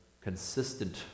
consistent